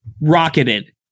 rocketed